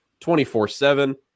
24/7